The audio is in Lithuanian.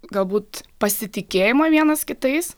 galbūt pasitikėjimo vienas kitais